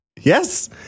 Yes